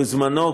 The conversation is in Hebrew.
בזמנו,